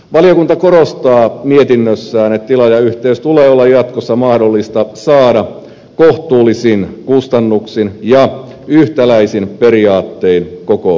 valiokunta korostaa mietinnössään että tilaajayhteys tulee olla jatkossa mahdollista saada kohtuullisin kustannuksin ja yhtäläisin periaattein koko suomessa